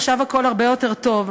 עכשיו הכול הרבה יותר טוב.